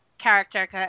Character